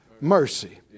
mercy